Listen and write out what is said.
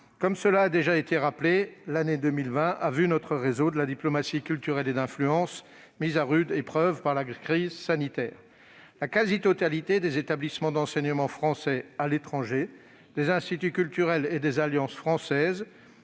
comme il a déjà été rappelé, l'année 2020 a vu nos réseaux de diplomatie culturelle et d'influence mis à rude épreuve par la crise sanitaire. La quasi-totalité des établissements d'enseignement français à l'étranger, des instituts culturels et des alliances françaises